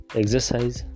exercise